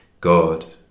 God